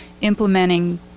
implementing